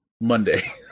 Monday